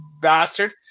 bastard